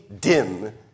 dim